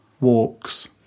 walks